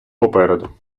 попереду